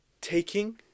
taking